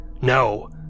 No